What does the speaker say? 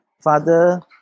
Father